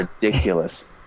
ridiculous